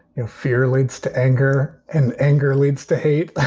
your fear leads to anger and anger leads to hate.